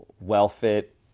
well-fit